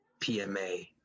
PMA